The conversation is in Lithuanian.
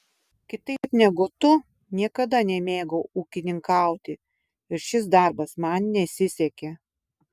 kitaip negu tu niekada nemėgau ūkininkauti ir šis darbas man nesisekė